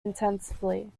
intensively